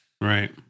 Right